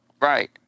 Right